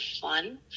fun